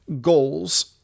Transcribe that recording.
goals